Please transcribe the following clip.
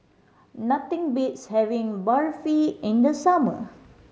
nothing beats having Barfi in the summer